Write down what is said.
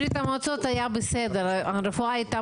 בברית המועצות היה בסדר, הרפואה הייתה